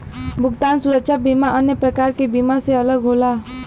भुगतान सुरक्षा बीमा अन्य प्रकार के बीमा से अलग होला